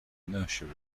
inertia